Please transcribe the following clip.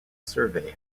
survey